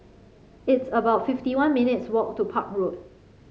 it's about fifty one minutes' walk to Park Road